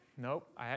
Nope